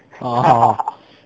oh oh